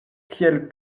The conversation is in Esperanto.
kiel